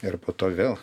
ir po to vėl